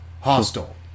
Hostile